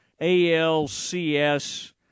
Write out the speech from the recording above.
alcs